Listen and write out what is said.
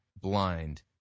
blind